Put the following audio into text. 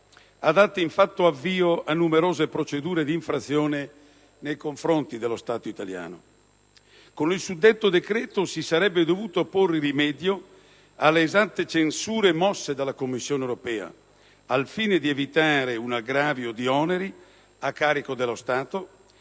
ha dato infatti avvio a numerose procedure d'infrazione nei confronti dello Stato italiano. Con il suddetto decreto si sarebbe dovuto porre rimedio alle esatte censure mosse dalla Commissione europea, al fine di evitare un aggravio di oneri a carico dello Stato,